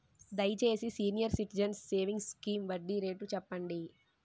దయచేసి senior citizens savings scheme వడ్డీ rate చెప్పండి